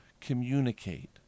communicate